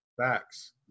Facts